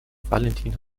valentin